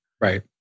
Right